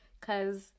Cause